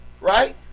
Right